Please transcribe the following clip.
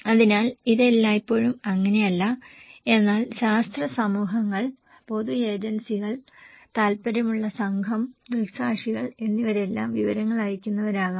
അതിനാൽ ഇത് എല്ലായ്പ്പോഴും അങ്ങനെയല്ല എന്നാൽ ശാസ്ത്ര സമൂഹങ്ങൾ പൊതു ഏജൻസികൾ താൽപ്പര്യമുള്ള സംഘം ദൃക്സാക്ഷികൾ എന്നിവരെല്ലാം വിവരങ്ങൾ അയയ്ക്കുന്നവരാകാം